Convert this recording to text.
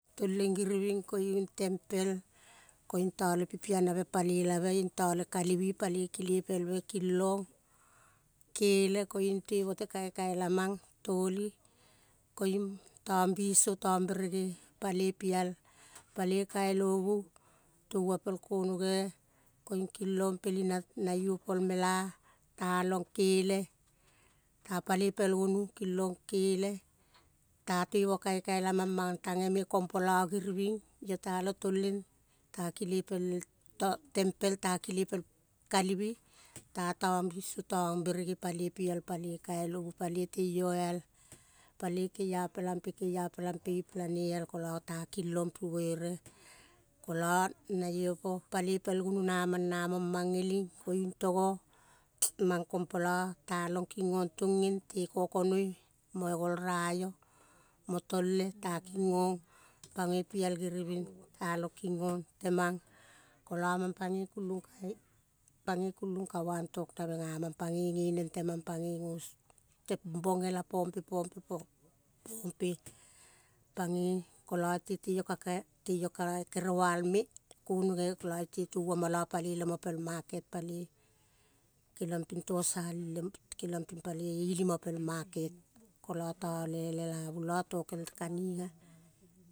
Tuoleng giriving koing tempel koing tale pipia nave palela be tale kalive paloi kile pelve paloi kile pelve. Kilong kele koing tevo te kaikai lamang toli, koing tong biso tong berege paloi piel paloi kailovu tauvo pel konoge koing kilong pelena na yo po mela, talong kele, ta paloi pel gonu kilong kele ta tevo kaikai la mang, mang tage me. Kong poto giriving yo talong tuoleng ta kile pel eh tang pel ta kile pel te kalivi. Ta tong biso tong berege paloi piel paloi kailovu maloi tei yo iel, paloi kela pela pe kela pela pe ipela iel kolo takil long pi buere kolo na iyo po paloi pel gonu namong, namong mang geling koing togo mang, kong polo talong kingong i paga piel giriving talong kingong temang kolo mang pagoi pagoi kulunga wantok nave ga mang pagoi ge neng temang. Pagoi geneng bogela po pe, pope, pagoi, kolo yo tei yo ka kere wal me, konoge lo yo te touo mo lo paloi le mo pel market, paloi, kelong ping to salil e mo, keliong ping paloi i limo. Pal market kolo tong lelavu lo tokel kaniga.